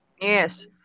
Yes